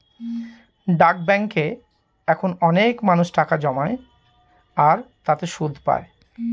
ডাক ব্যাঙ্কে এখন অনেক মানুষ টাকা জমায় আর তাতে সুদ পাই